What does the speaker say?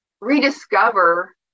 rediscover